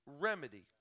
Remedy